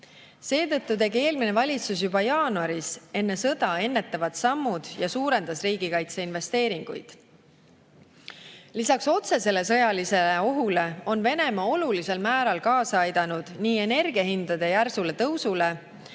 Seetõttu tegi eelmine valitsus juba jaanuaris enne sõda ennetavad sammud ja suurendas riigikaitseinvesteeringuid. Lisaks otsesele sõjalisele ohule on Venemaa olulisel määral kaasa aidanud nii energiahindade järsule tõusule